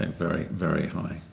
and very very high,